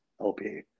lp